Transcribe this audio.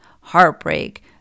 heartbreak